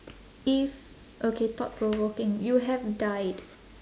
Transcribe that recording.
if okay thought-provoking you have died